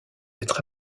être